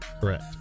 Correct